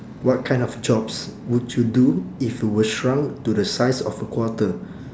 what kind of jobs would you do if you were shrunk to the size of a quarter